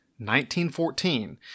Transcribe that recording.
1914